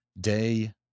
day